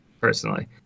personally